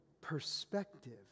perspective